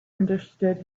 understood